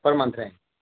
per month